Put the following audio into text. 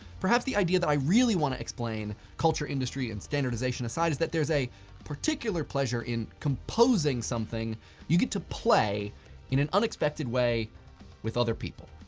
perhaps the idea that i really want to explain, culture industry and standardization aside, is that there's a particular pleasure in composing something you get to play in an unexpected way with other people,